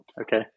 Okay